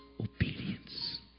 obedience